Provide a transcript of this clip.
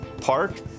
park